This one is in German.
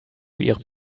ihrem